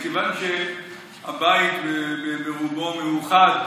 מכיוון שהבית ברובו מאוחד,